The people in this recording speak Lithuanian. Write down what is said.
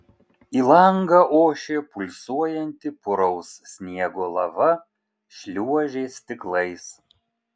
į langą ošė pulsuojanti puraus sniego lava šliuožė stiklais